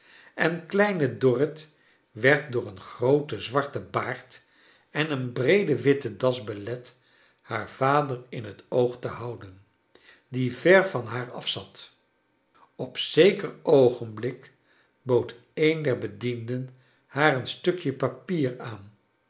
en kleine dorrit werd door een grooten zwarten baard en een breede witte das belet haar vader in het oog te houden die ver van haar af zat op zeker oogenblik bood ean der bedienden haar een stukje papier aan